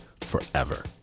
forever